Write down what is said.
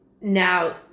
now